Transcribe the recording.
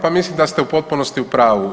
Pa mislim da ste u potpunosti u pravu.